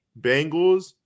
Bengals